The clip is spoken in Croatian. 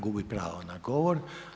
Gubi pravo na govor.